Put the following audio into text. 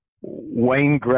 Wayne